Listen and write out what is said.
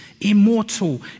immortal